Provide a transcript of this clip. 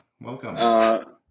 Welcome